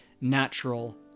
natural